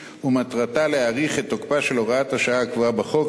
ומטרתה להאריך את תוקפה של הוראת השעה הקבועה בחוק